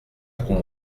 pour